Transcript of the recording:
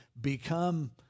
become